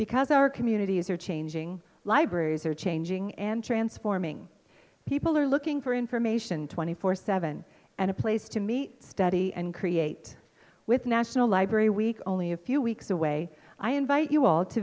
because our communities are changing libraries are changing and transforming people are looking for information twenty four seven and a place to meet study and create with national library week only a few weeks away i invite you all to